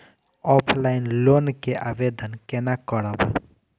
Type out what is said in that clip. Offline loan के आवेदन केना करब?